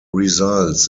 results